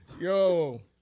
Yo